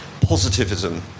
positivism